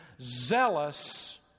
zealous